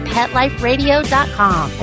PetLiferadio.com